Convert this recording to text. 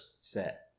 set